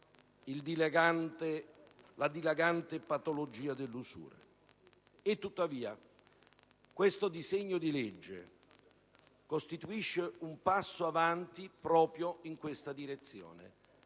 la dilagante patologia dell'usura. Il disegno di legge costituisce un passo avanti proprio in tale direzione